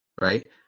right